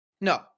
No